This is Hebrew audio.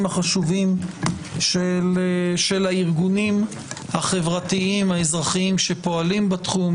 החשובים של הארגונים החברתיים האזרחיים שפועלים בתחום,